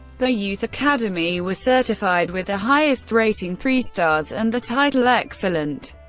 the youth academy was certified with the highest rating, three stars and the title excellent,